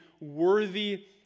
worthy